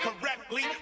correctly